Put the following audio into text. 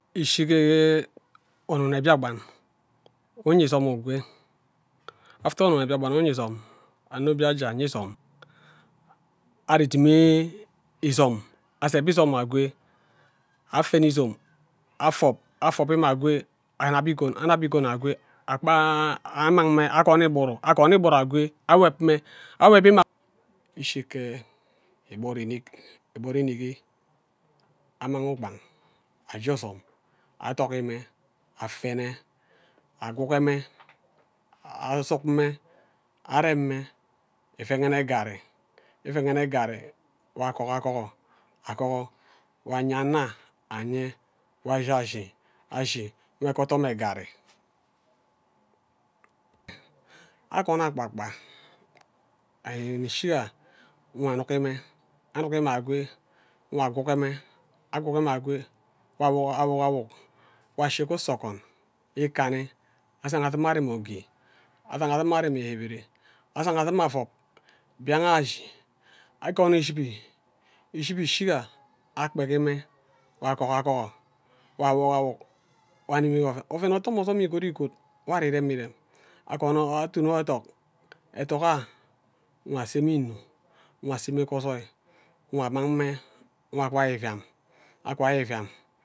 Ishi ghe anun nne mbiakpan uya isom igwe after anun nne mbiakpan uya isom anno obie ajah aya isam ari idimi isom azab isom akwe afene izom afob afob akwe anub igun anab igun awe akpa annang amang mme agun igburu agun igburu akwe awom me awobi mma ishighe igburu inik igburu iniki annang ugban aje ozom agogi ime afene agugi mme agugi mme asuk mme arem mme ivighene garri ivighene guno nwo agugo agho agho nwo anye anna anye ubuo ashi ashi ashi mme ghe odam me garri a gun akpa kpa irimi ishiga anugi imme anugi mme akwe agogimme agogimme akwe awok awok nwo ashi ghe uso okwon ikanni ashi-arem ogi asanga adim arem yebere isan dima afob mbianah ashi agun ishibi ishibi ishiga akpeki mme nwo agohigo nwo awok awuk nwo anini oven otham ozom igonigod nwori irem mme irem agon atu ethok ethok akwa ase mme inuk nkwa ase mme ghor ozoi nwa amang mme akwai iviam akwai iviam.